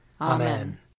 Amen